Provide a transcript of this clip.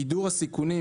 גידור הסיכונים,